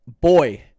Boy